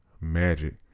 magic